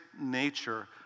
nature